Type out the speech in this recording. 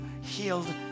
healed